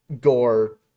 gore